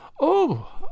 Oh